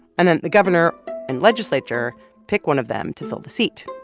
and then the governor and legislature pick one of them to fill the seat,